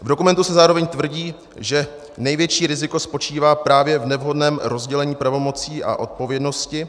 V dokumentu se zároveň tvrdí, že největší riziko spočívá právě v nevhodném rozdělení pravomocí a odpovědnosti.